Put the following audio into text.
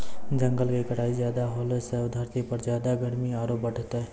जंगल के कटाई ज्यादा होलॅ सॅ धरती पर ज्यादा गर्मी आरो बढ़तै